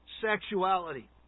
sexuality